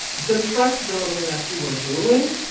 the trust building that you were doing.